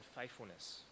faithfulness